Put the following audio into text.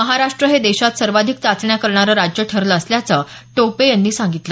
महाराष्ट्र हे देशात सर्वाधिक चाचण्या करणारं राज्य ठरलं असल्याचं टोपे यांनी सांगितलं